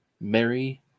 Mary